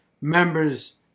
members